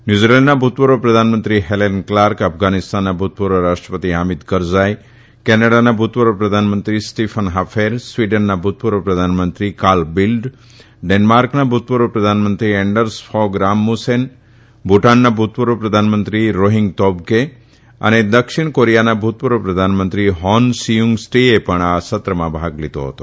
ન્યુઝીલેન્ડના ભુતપુર્વ પ્રધાનમંત્રી Helen Clark અફઘાનીસ્તાનના ભુતપુર્વ રાષ્ટ્રપતિ હામિદ કરજાઇ કેનેડાના ભુતપુર્વ પ્રધાનમંત્રી સ્ટીફન ફાફેર સ્વીડનના ભુતપુર્વ પ્રધાનમંત્રી કાર્લ બિલ્ડ ડેનમાર્કના ભુતપુર્વ પ્રધાનમંત્રી એન્ડર્સ ફોગ રાસમુસેન ભુટાનના ભુતપુર્વ પ્રધાનમંત્રી રોહિંગ તોબગે અને દક્ષિણ કોરીયાના ભુતપુર્વ પ્રધાનમંત્રી હોન સિયુંગસ્ટેએ પણ આ સત્રમાં ભાગ લીધો હતો